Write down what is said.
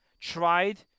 tried